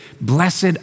blessed